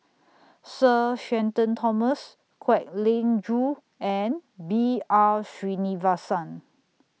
Sir Shenton Thomas Kwek Leng Joo and B R Sreenivasan